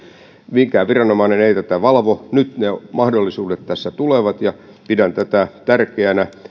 mikään viranomainen ei ei tätä valvo nyt ne mahdollisuudet tässä tulevat ja pidän tätä tärkeänä